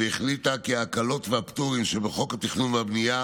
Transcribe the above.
והחליטה כי ההקלות והפטורים שבחוק התכנון והבנייה